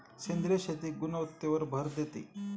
सेंद्रिय शेती गुणवत्तेवर भर देते